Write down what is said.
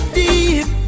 deep